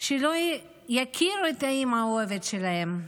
שלא יכירו את האימא האוהבת שלהן.